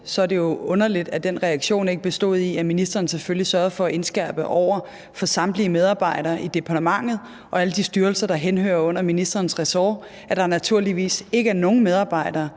så er det jo underligt, at den reaktion ikke bestod i, at ministeren selvfølgelig sørgede for at indskærpe over for samtlige medarbejdere i departementet og i alle de styrelser, der henhører under ministerens ressort, at der naturligvis ikke er nogen medarbejdere,